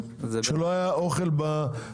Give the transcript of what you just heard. כשלא היה להם אוכל בסופרים?